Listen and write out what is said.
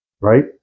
right